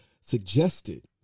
suggested